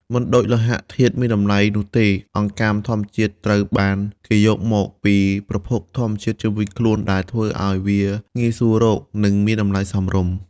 មិនដូចលោហៈធាតុមានតម្លៃនោះទេ អង្កាំធម្មជាតិត្រូវបានគេយកមកពីប្រភពធម្មជាតិជុំវិញខ្លួន ដែលធ្វើឲ្យវាងាយស្រួលរក និងមានតម្លៃសមរម្យ។